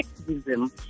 activism